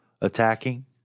attacking